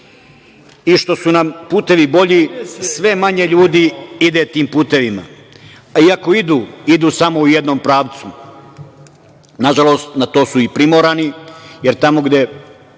I, što su nam putevi bolji sve manje ljudi ide tim putevima, a iako idu, idu samo u jednom pravcu. Nažalost, na to su i primorani, jer tamo gde